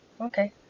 Okay